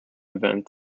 event